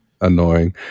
annoying